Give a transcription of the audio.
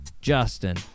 Justin